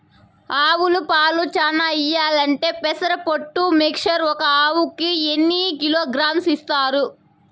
ఆవులు పాలు చానా ఇయ్యాలంటే పెసర పొట్టు మిక్చర్ ఒక ఆవుకు ఎన్ని కిలోగ్రామ్స్ ఇస్తారు?